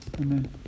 Amen